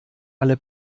alle